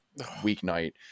weeknight